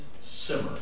simmer